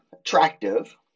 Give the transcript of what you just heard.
attractive